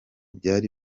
byari